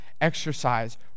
exercise